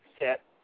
set